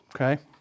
Okay